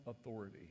authority